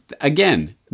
again